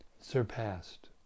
surpassed